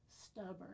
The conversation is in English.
Stubborn